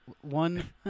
One